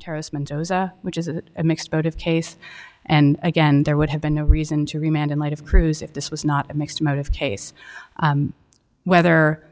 terrorist mendoza which is a mixed motive case and again there would have been no reason to remain in light of cruise if this was not a mixed motive case whether